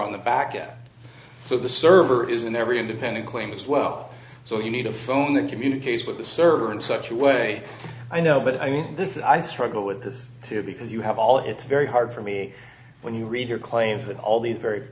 on the back so the server isn't every independent claims well so you need a phone the communication with the server in such a way i know but i mean this is i struggle with this here because you have all it's very hard for me when you read your claims with all these very